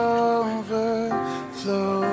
overflow